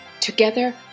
Together